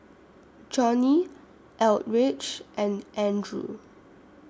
Johnnie Eldridge and Andrew